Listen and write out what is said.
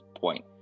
point